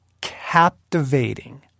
captivating